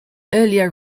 earlier